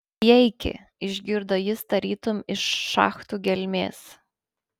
įeiki išgirdo jis tarytum iš šachtų gelmės